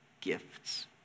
gifts